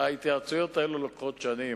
ההתייעצויות האלה לוקחות שנים.